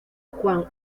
juan